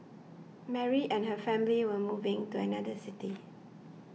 Mary and her family were moving to another city